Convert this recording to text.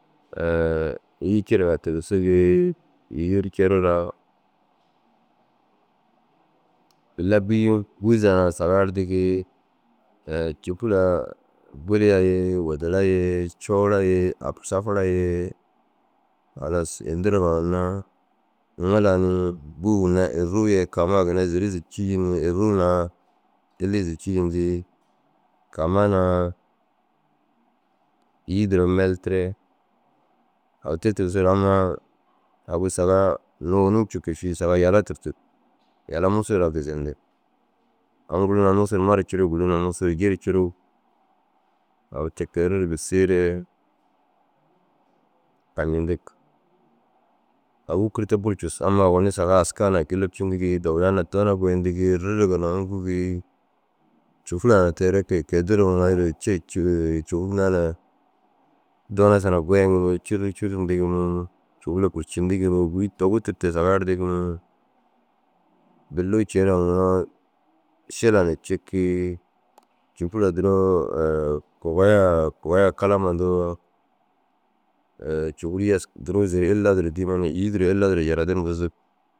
îyi cire raa tigisigii. Îyi ru cire raa wîza na saga erdigii. côfuraa guliya ye wudena ye coora ye apsafara ye. Halas ini duruma ginna ŋila ni bûu ginna irruu ye kaama ye ginna ziri zîc- cijin ni. Irruu na illi zîc- cijin dii. Kaama na îyi duro meltire. Au te tigisoore ammaa agu saga nuŋu ônum cikuu ši saga yala tûrtug. Yala mûsuu lau gizeyindig. Aŋ guru na mûsuu ru ma ru curuugi guru na ji ru curuug. Au te ke ru gisiiree kancindig. Au wôkur te buru cussu ammaa owonni saga aska gêlepcindigii. Dowiya na doona goyindigi rîriga na ûŋgugii. Côfuraa na ginna kôi duruma ginna duro cêce côfuru naana doona suna goyiŋ ni « cûrucuru » yindig ni. Côfura bûrcindigi ni ŋûlli dogu tûrteere saga erdigi ni. Billuu ciira ŋiroo šila na cikii. Côfura duro kogoyaa « kogoya kalama » ndoo côfuri yesku durusu illa duro dîiman nu îyi duro ye illa duro jiradin buzug.